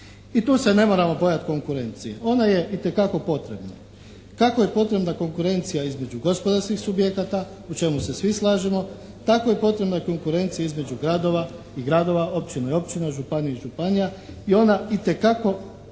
I tu se ne moramo bojati konkurencije, ona je itekako potrebna. Kako je potrebna konkurencija između gospodarskih subjekata u čemu se svi slažemo tako je potrebna i konkurencija između gradova i gradova, općina i općina, županija i županija i ona itekako može